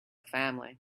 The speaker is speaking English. family